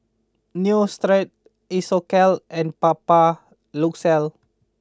Neostrata Isocal and Papulex